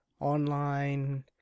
online